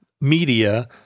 media